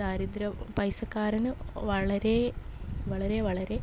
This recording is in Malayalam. ദാരിദ്രം പൈസക്കാരന് വളരെ വളരെ വളരെ